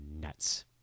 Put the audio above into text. Nuts